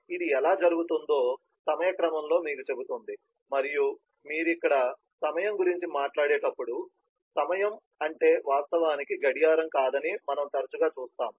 ఇది ఎలా జరుగుతుందో సమయ క్రమంలో మీకు చెబుతుంది మరియు మీరు ఇక్కడ సమయం గురించి మాట్లాడేటప్పుడు సమయం అంటే వాస్తవానికి గడియారం కాదని మనము తరచుగా చూస్తాము